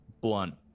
blunt